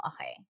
Okay